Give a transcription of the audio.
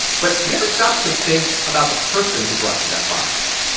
but do you ever stop to think about the person who brought you that box?